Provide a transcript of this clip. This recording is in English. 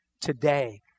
today